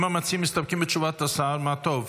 המציעים מסתפקים בתשובת השר, מה טוב.